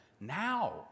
now